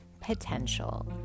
potential